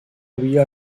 havia